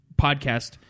podcast